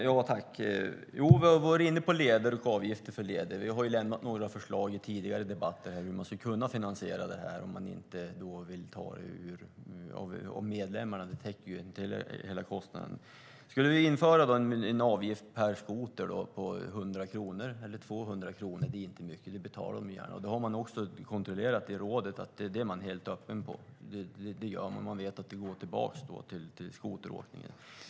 Fru talman! Vi har varit inne på detta med leder och avgifter för leder. Jag har i tidigare debatter kommit med några förslag om hur man skulle kunna finansiera detta om man då inte vill ta det av medlemmarna - det täcker ju inte hela kostnaden. Om vi skulle införa en avgift på 100 kronor eller 200 kronor per skoter - det är inte mycket, utan det betalar man gärna - har man från rådet bekräftat att den summan skulle gå tillbaka till skoteråkningen.